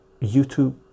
YouTube